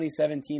2017